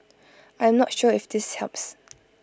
I am not sure if this helps